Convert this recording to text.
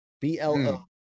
B-L-O